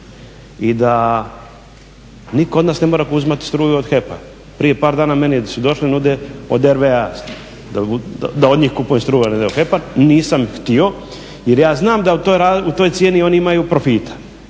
i da nitko od nas ne mora uzimati struju od HEP-a. Prije par dana su došle, nude od RWE-a a ne od HEP-a, nisam htio jer ja znam da u toj cijeni oni imaju profita